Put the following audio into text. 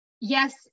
Yes